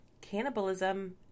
cannibalism